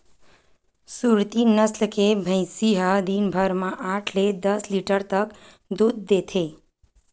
सुरती नसल के भइसी ह दिन भर म आठ ले दस लीटर तक दूद देथे